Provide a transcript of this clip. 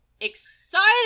excited